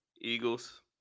Eagles